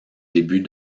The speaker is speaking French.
début